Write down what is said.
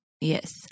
yes